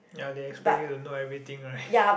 ya they expect you to know everything right